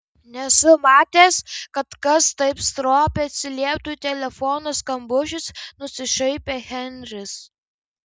nesu matęs kad kas taip stropiai atsilieptų į telefono skambučius nusišaipė henris